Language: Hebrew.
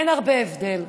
אין הרבה הבדל.